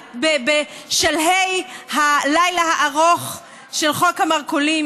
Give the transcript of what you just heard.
בשלהי הלילה הארוך של חוק המרכולים,